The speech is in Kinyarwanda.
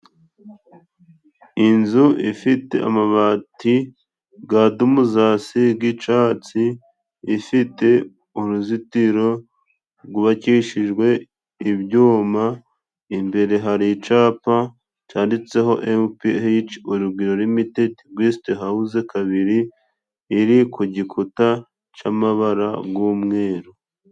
Inzu ifite amabati ga dumuzasi g'icatsi, ifite uruzitiro gwubakishijwe ibyuma, imbere hari icapa canditseho Emupiheyici urugwiro elitidi gesite hawuze kabiri iri ku gikuta c'amabara gw'umweru.